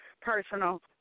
personal